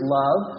love